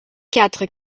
quatre